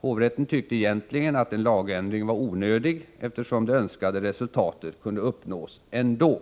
hovrätten tyckte egentligen att en lagändring var onödig, eftersom det önskade resultatet kunde uppnås ändå.